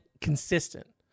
consistent